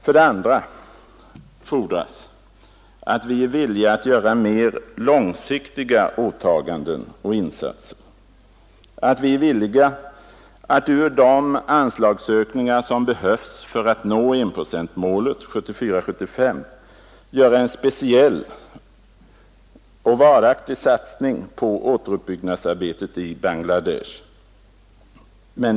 För det andra fordras att vi är villiga att göra mer långsiktiga åtaganden och insatser, att vi är villiga att ur de anslagsökningar som behövs för att vi skall nå enprocentsmålet 1974/75 göra en speciell och varaktig satsning på återuppbyggnadsarbetet i Bangladesh.